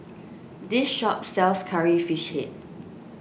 this shop sells Curry Fish Head